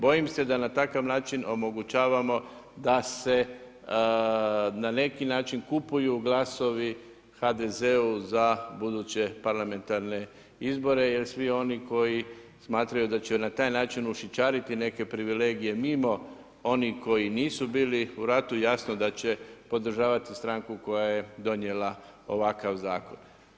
Bojim se da na takav način omogućavamo da se na neki način kupuju glasovi HDZ-u za buduće parlamentarne izbore jer svi oni koji smatraju da će na taj način ušićariti neke privilegije mimo onih koji nisu bili u ratu, jasno da će podržavati stranku koja je donijela ovakav zakon.